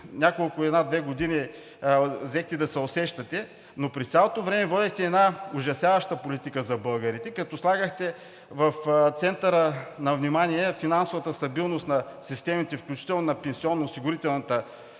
една две години взехте да се усещате, но през цялото време водехте една ужасяваща политика за българите, като слагахте в центъра на внимание финансовата стабилност на системите, включително на пенсионноосигурителната система.